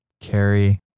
carry